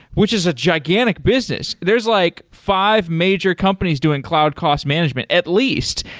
which is a gigantic business. there's like five major companies doing cloud cost management at least,